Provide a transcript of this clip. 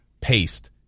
paste